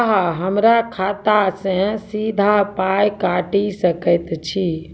अहॉ हमरा खाता सअ सीधा पाय काटि सकैत छी?